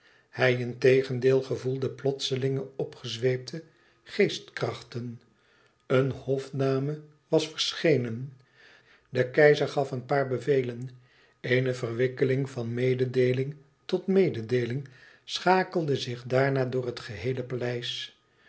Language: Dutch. integendeel gevoelde plotselinge opgezweepte geestkrachten eene hofdame was verschenen de keizer gaf een paar bevelen eene verwikkeling van mededeeling tot mededeeling schakelde zich daarna door het geheele paleis